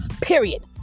period